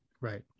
Right